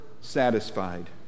satisfied